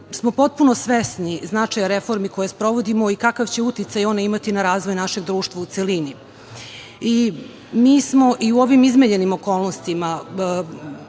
smo potpuno svesni značaja reformi koje sprovodimo i kakav će uticaj one imati na razvoj našeg društva u celini. Mi smo i u ovim izmenjenim okolnostima,